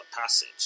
passage